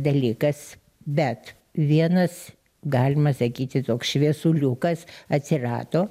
dalykas bet vienas galima sakyti toks šviesuliukas atsirado